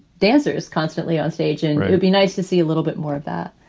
dancers constantly on stage. and it would be nice to see a little bit more of that